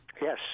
Yes